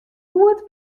goed